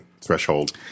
threshold